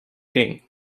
ding